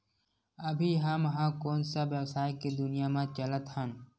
अभी हम ह कोन सा व्यवसाय के दुनिया म चलत हन?